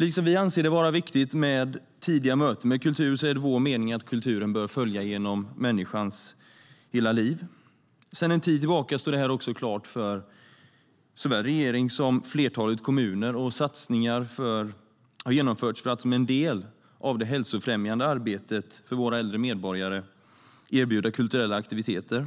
Liksom vi anser det vara viktigt med tidiga möten med kultur är det vår mening att kulturen bör följa genom människans hela liv. Sedan en tid tillbaka står det också klart för såväl regering som flertalet kommuner. Och satsningar har genomförts för att, som en del av det hälsofrämjande arbetet för våra äldre medborgare, erbjuda kulturella aktiviteter.